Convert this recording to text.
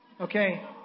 Okay